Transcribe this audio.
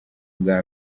bwa